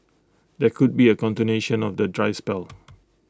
there could be A continuation of the dry spell